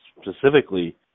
specifically